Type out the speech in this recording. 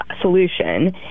solution